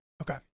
okay